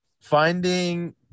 finding